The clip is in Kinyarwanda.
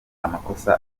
amakosa